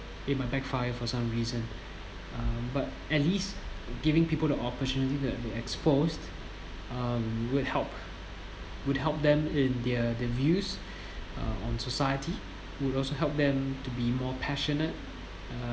it might backfire for some reason uh but at least giving people the opportunity that to be exposed um would help would help them in their their views uh on society would also help them to be more passionate uh